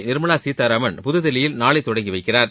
நிர்மலா சீதாராமன் புதுதில்லியில் நாளை தொடங்கி வைக்கிறார்